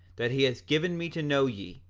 that he hath given me to know, yea,